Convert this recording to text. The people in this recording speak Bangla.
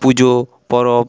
পুজো পরব